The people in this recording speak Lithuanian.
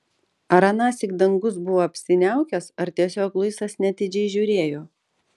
ar anąsyk dangus buvo apsiniaukęs ar tiesiog luisas neatidžiai žiūrėjo